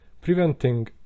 preventing